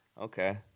Okay